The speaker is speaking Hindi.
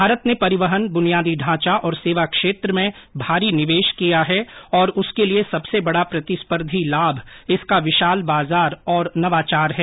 भारत ने परिवहन बुनियादी ढांचा और सेवा क्षेत्र में भारी निवेश किया है और उसके लिए सबसे बड़ा प्रतिस्पर्धी लाभ इसका विशाल बाजार और नवाचार है